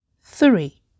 Three